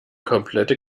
komplette